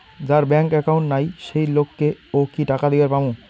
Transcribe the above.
যার bank account নাই সেই লোক কে ও কি টাকা দিবার পামু?